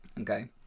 Okay